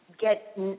get